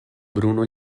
bruno